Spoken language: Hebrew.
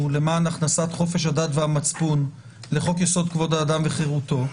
למען הכנסת חופש הדת והמצפון לחוק יסוד: כבוד האדם וחירותו,